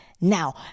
Now